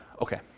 Okay